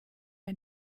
ein